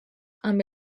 amb